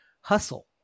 hustle